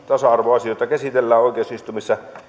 tasa arvoasioita käsitellään oikeusistuimissa